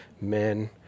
men